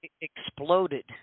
exploded